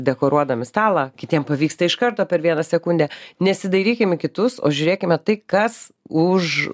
dekoruodami stalą kitiem pavyksta iš karto per vieną sekundę nesidairykim į kitus o žiūrėkime tai kas už